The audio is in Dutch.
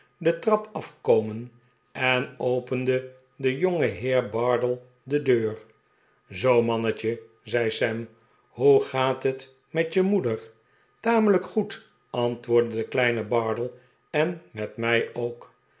de trap afkdmen en opende de jongeheer bardell de deur zoo mannetje zei sam hoe gaat het met je moeder tamelijk goed antwoordde de kleine bardell en met mij ook